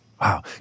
Wow